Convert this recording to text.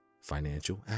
financial